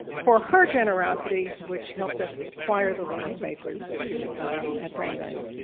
for her generosity, which helped us acquire the lilith papers at brandeis.